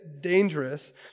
dangerous